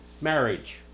marriage